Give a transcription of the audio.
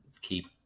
keep